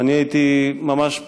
ואני הייתי ממש פה,